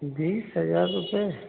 बीस हज़ार रुपये